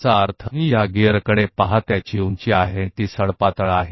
तो आप इस gyri को देखते हैं यह ऊंचाई है और यह sulci है